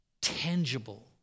tangible